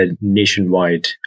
nationwide